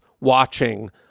watching